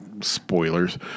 spoilers